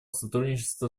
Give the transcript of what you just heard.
сотрудничества